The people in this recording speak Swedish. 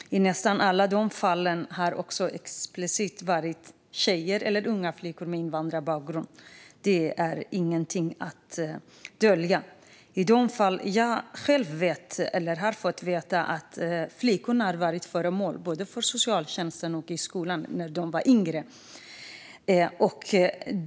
I nästan alla dessa fall har det explicit handlat om tjejer eller unga flickor med invandrarbakgrund. Det är inget att dölja. I de fall som jag själv känner till eller har fått höra om har flickorna varit under uppsikt av både socialtjänsten och skolan när de var yngre.